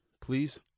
please